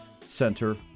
Center